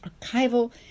archival